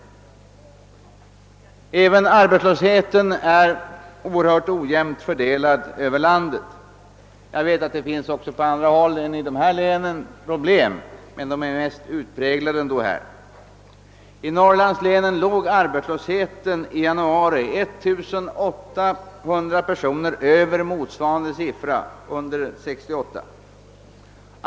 Arbetslösheten är oerhört ojämnt fördelad över landet. Jag vet att det även på andra håll än i skogslänen finns problem, men de är ändå mest utpräglade i dessa län. I norrlandslänen låg arbetslösheten i januari 1800 personer över motsvarande siffra under januari 1968.